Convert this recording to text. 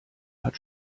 hat